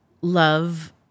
love